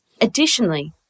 Additionally